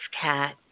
cat